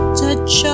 touch